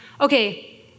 okay